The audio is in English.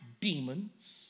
demons